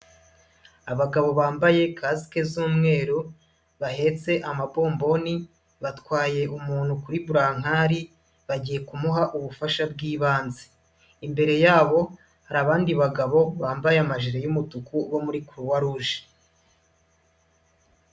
Abagabo bambaye kasike z'umweru, bahetse amabomboni, batwaye umuntu kuri burakari, bagiye kumuha ubufasha bw'ibanze, imbere yabo hari abandi bagabo bambaye amajire y'umutuku bo muri Croix rouge.